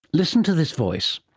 listen to this voice.